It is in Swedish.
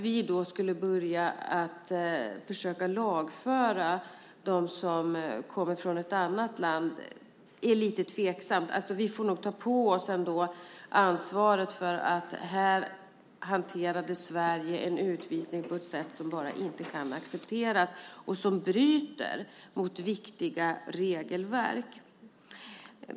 Vi får nog ta på oss ansvaret för att Sverige hanterade en utvisning på ett sätt som inte kan accepteras och som bryter mot viktiga regelverk.